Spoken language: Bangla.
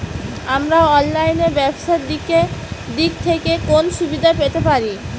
আমরা অনলাইনে ব্যবসার দিক থেকে কোন সুবিধা পেতে পারি?